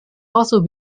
also